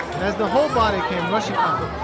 as the whole body came rushing up,